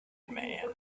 man